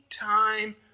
time